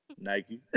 Nike